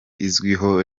izwiho